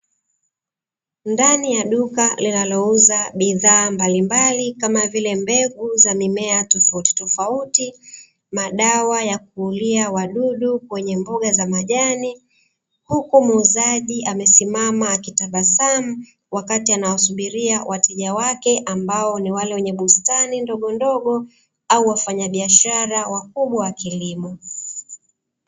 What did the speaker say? Ndani ya duka linalouza bidhaa mbalimbali kama; vile mbegu za mimea tofauti tofauti madawa ya kuulia wadudu kwenye mboga za majani, huku muuzaji amesimama akitabasamu wakati anawasubiria wateja wake ambao ni wale wenye bustani ndogondogo au wafanyabiashara wakubwa wa kilimo.